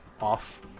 off